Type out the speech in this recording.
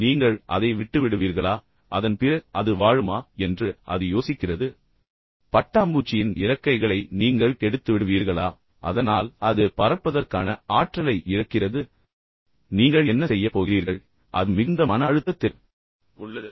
நீங்கள் அதை விட்டுவிடுவீர்களா அதன் பிறகு அது வாழுமா என்று அது யோசிக்கிறது பட்டாம்பூச்சியின் இறக்கைகளை நீங்கள் கெடுத்துவிடுவீர்களா அதனால் அது பறப்பதற்கான ஆற்றலை இழக்கிறது நீங்கள் என்ன செய்யப் போகிறீர்கள் அது மிகுந்த மன அழுத்தத்தில் உள்ளது